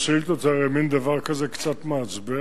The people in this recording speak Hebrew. השאילתות זה הרי מין דבר כזה קצת מעצבן,